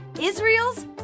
Israel's